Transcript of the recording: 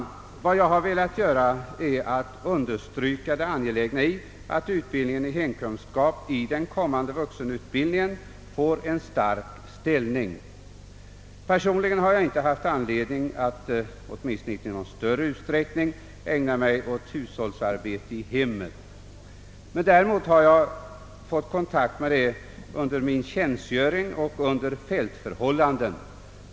Jag har velat understryka det angelägna i att hemkunskap i den kommande vuxenutbildningen får en stark ställning. Personligen har jag inte haft anledning att i någon större utsträckning ägna mig åt hushållsarbete i hemmet. Däremot har jag i samband med min tjänstgöring fått kontakt med dessa problem under militära fältförhållanden.